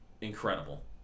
incredible